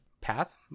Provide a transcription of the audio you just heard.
path